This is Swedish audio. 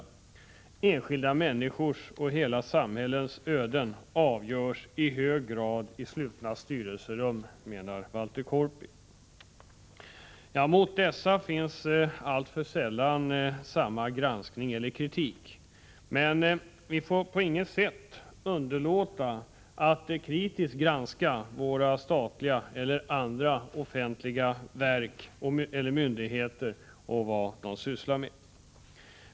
Walter Korpi menar att enskilda människors och hela samhällens öden i hög grad avgörs i slutna styrelserum. Mot dem som det här är fråga om förekommer alltför sällan granskning eller kritik. Men vi får på intet sätt underlåta att kritiskt granska våra statliga myndigheter och verk.